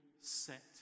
set